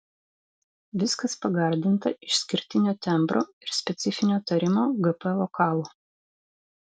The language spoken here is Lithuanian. viskas pagardinta išskirtinio tembro ir specifinio tarimo gp vokalu